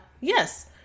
yes